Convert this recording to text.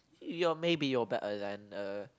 your maybe your back and and err